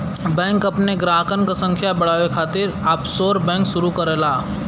bank अपने ग्राहकन क संख्या बढ़ावे खातिर ऑफशोर बैंक शुरू करला